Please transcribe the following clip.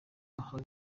bahawe